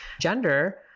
gender